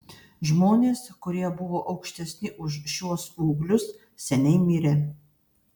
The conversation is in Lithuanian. žmonės kurie buvo aukštesni už šiuos ūglius seniai mirė